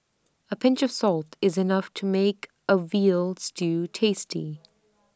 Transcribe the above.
A pinch of salt is enough to make A Veal Stew tasty